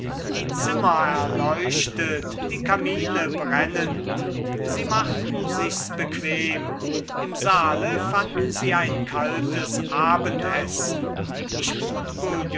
die zimmer erleuchtet die kamine brennend sie machten sich's bequem im saale fanden sie ein kaltes abendessen ich